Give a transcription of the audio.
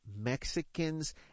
Mexicans